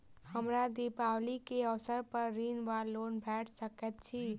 हमरा दिपावली केँ अवसर पर ऋण वा लोन भेट सकैत अछि?